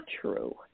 true